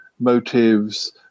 motives